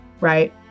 right